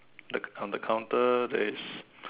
like on the counter there is